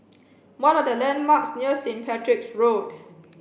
what are the landmarks near Saint Patrick's Road